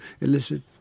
illicit